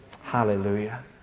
Hallelujah